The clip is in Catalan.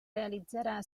realitzarà